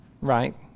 Right